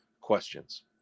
questions